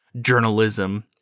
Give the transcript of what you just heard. journalism